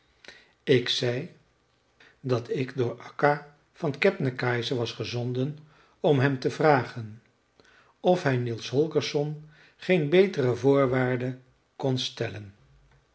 ik zei dat ik door akka van kebnekaise was gezonden om hem te vragen of hij niels holgersson geen betere voorwaarden kon stellen